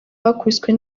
bakubiswe